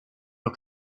los